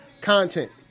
content